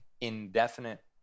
indefinite